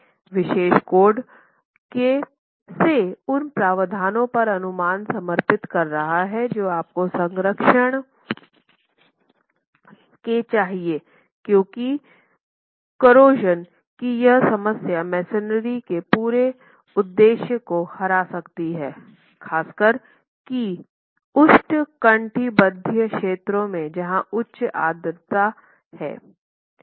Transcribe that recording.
code विशेष रूप से उन प्रावधानों पर अनुभाग समर्पित कर रहा है जो आपको संक्षारण संरक्षण के चाहिए क्योंकि क्यूरोशन की यह समस्या मेसनरी के पूरे उद्देश्य को हरा सकती है खासकर की उष्णकटिबंधीय क्षेत्रों में जहाँ उच्च आर्द्रता है